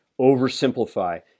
oversimplify